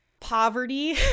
Poverty